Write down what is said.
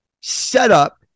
setup